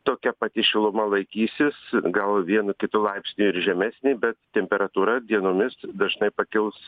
tokia pati šiluma laikysis gal vienu kitu laipsniu ir žemesnė bet temperatūra dienomis dažnai pakils